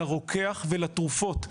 לרוקח ולתרופות.